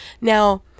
Now